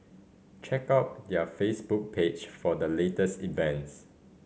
check out their Facebook page for the latest events